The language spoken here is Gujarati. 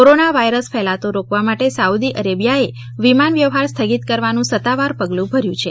કોરોના વાઇરસ ફેલાતો રોકવા માટે સાઉદી અરબિયા એ વિમાન વ્યવહાર સ્થગિત કરવાનું સત્તાવાર પગલું ભર્યું છે